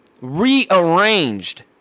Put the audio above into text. rearranged